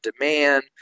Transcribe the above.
demand